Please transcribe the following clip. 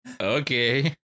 Okay